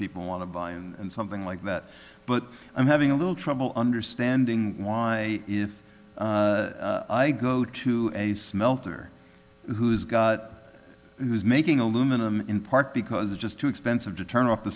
people want to buy and something like that but i'm having a little trouble understanding why if i go to a smelter who's got who is making aluminum in part because it's just too expensive to turn off the